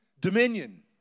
Dominion